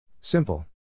Simple